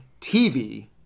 TV